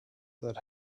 that